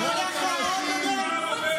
איזה אינטרסים את מייצגת